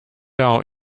our